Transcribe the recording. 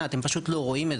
למה אתה הולך רחוק?